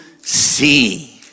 see